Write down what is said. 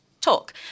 talk